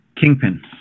Kingpin